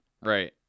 Right